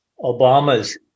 Obama's